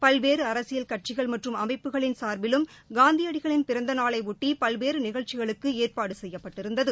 பல்வேறு அரசியல் கட்சிகள் மற்றும் அமைப்புகளின் சாா்பிலும் காந்தியடிகளின் பிறந்த நாளையொட்டி பல்வேறு நிகழ்ச்சிகளுக்கு ஏற்பாடு செய்யப்பட்டிருந்தது